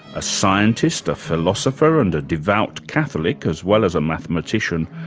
a scientist, a philosopher and a devout catholic, as well as a mathematician,